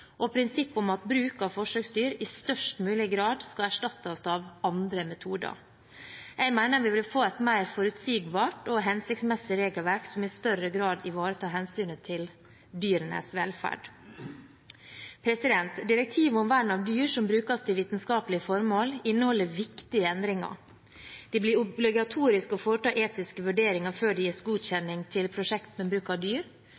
og prinsippet om at bruk av forsøksdyr i størst mulig grad skal erstattes av andre metoder. Jeg mener vi vil få et mer forutsigbart og hensiktsmessig regelverk som i større grad ivaretar hensynet til dyrenes velferd. Direktivet om vern av dyr som brukes til vitenskapelige formål, inneholder viktige endringer. Det blir obligatorisk å foreta etiske vurderinger før det gis godkjenning til prosjekter med bruk av dyr,